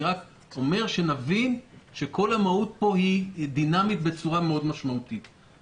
אני רק אומר שנבין שכל המהות פה היא דינמית בצורה משמעותית מאוד.